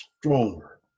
stronger